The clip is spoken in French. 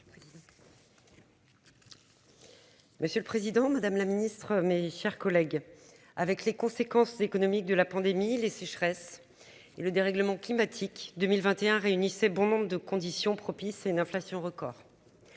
Monsieur le Président Madame la Ministre, mes chers collègues. Avec les conséquences économiques de la pandémie, les sécheresses. Le dérèglement climatique 2021 réunissait bon nombre de conditions propices et une inflation record.